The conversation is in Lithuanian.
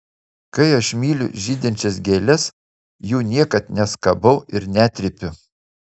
kai aš myliu žydinčias gėles jų niekad neskabau ir netrypiu